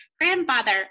grandfather